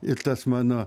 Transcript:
ir tas mano